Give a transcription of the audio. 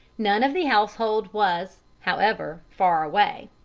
none of the household was, however, far away.